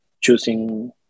choosing